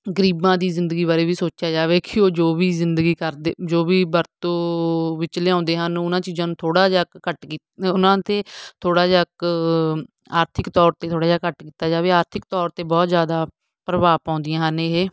ਗਰੀਬਾਂ ਦੀ ਜ਼ਿੰਦਗੀ ਬਾਰੇ ਵੀ ਸੋਚਿਆ ਜਾਵੇ ਕਿ ਉਹ ਜੋ ਵੀ ਜ਼ਿੰਦਗੀ ਕਰਦੇ ਜੋ ਵੀ ਵਰਤੋਂ ਵਿੱਚ ਲਿਆਉਂਦੇ ਹਨ ਉਹਨਾਂ ਚੀਜ਼ਾਂ ਨੂੰ ਥੋੜ੍ਹਾ ਜਿਹਾ ਘ ਘੱਟ ਕੀਤਾ ਉਹਨਾਂ 'ਤੇ ਥੋੜ੍ਹਾ ਜਿਹਾ ਇੱਕ ਆਰਥਿਕ ਤੌਰ 'ਤੇ ਥੋੜ੍ਹਾ ਜਿਹਾ ਘੱਟ ਕੀਤਾ ਜਾਵੇ ਆਰਥਿਕ ਤੌਰ 'ਤੇ ਬਹੁਤ ਜ਼ਿਆਦਾ ਪ੍ਰਭਾਵ ਪਾਉਂਦੀਆਂ ਹਨ ਇਹ